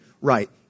right